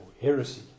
heresy